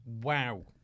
Wow